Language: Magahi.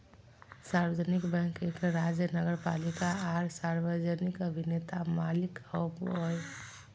सार्वजनिक बैंक एक राज्य नगरपालिका आर सार्वजनिक अभिनेता मालिक होबो हइ